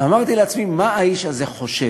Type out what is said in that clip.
ואמרתי לעצמי: מה האיש הזה חושב,